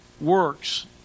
works